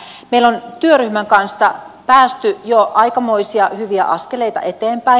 meillä on työryhmän kanssa päästy jo aikamoisia hyviä askeleita eteenpäin